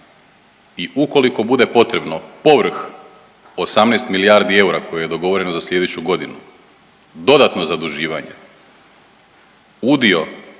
I ukoliko bude potrebno povrh 18 milijardi eura koje je dogovoreno za sljedeću godinu dodatno zaduživanje udio